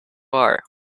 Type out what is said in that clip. are